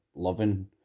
loving